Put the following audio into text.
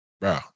bro